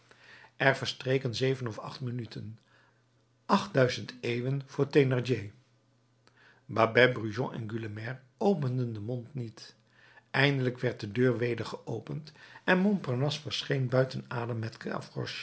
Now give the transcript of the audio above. er verstreken zeven of acht minuten acht duizend eeuwen voor thénardier babet brujon en gueulemer openden den mond niet eindelijk werd de deur weder geopend en montparnasse verscheen buiten adem met